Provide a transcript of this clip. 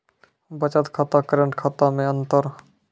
बचत खाता करेंट खाता मे अंतर?